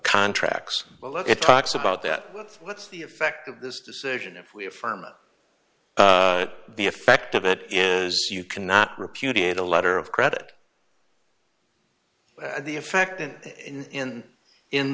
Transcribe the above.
contracts well it talks about that what's the effect of this decision if we affirm the effect of it is you cannot reputed a letter of credit at the effect and in in